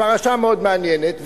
פרשה מאוד מעניינת.